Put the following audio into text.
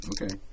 Okay